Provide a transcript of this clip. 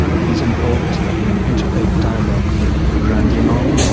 he's involved in interfaith dialogue with the grand imam,